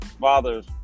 father's